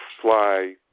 fly